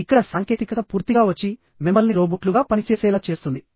ఇక్కడ సాంకేతికత పూర్తిగా వచ్చి మిమ్మల్ని రోబోట్లుగా పనిచేసేలా చేస్తుంది